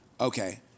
Okay